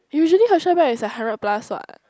usually Herschel bag is like hundred plus [what]